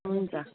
हुन्छ